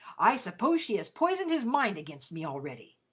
i suppose she has poisoned his mind against me already!